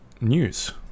news